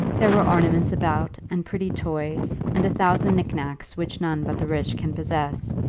there were ornaments about, and pretty toys, and a thousand knickknacks which none but the rich can possess,